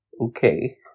Okay